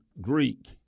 Greek